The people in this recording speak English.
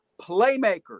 playmakers